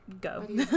go